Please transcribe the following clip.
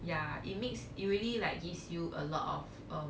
ya it makes it really like gives you a lot of uh